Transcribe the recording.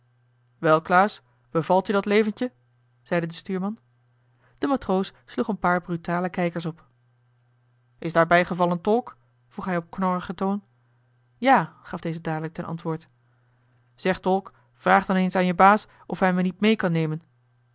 klaas bevalt je dat leventje zeide de stuurman de matroos sloeg een paar brutale kijkers op is daar bijgeval een tolk vroeg hij op knorrigen toon ja gaf deze dadelijk ten antword zeg tolk vraag dan eens aan je baas of hij me niet mee kan nemen